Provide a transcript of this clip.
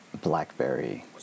Blackberry